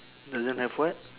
doesn't have what